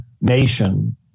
nation